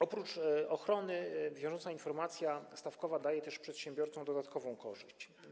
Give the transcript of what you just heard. Oprócz ochrony wiążąca informacja stawkowa daje też przedsiębiorcom dodatkową korzyść.